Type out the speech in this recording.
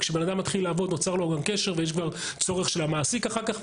וכשבן אדם מתחיל לעבוד נוצר לו גם קשר ויש כבר צורך של המעסיק אחר כך,